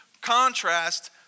contrast